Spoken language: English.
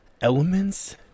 elements